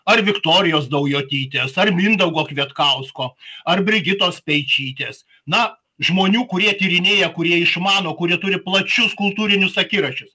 ar viktorijos daujotytės ar mindaugo kvietkausko ar brigitos speičytės na žmonių kurie tyrinėja kurie išmano kurie turi plačius kultūrinius akiračius